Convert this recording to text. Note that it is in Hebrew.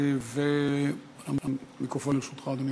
אדוני